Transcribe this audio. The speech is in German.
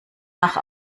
nach